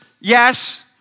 yes